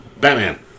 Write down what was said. Batman